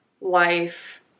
life